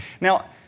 Now